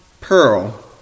pearl